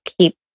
keep